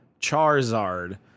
Charizard